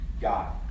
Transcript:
God